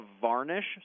varnish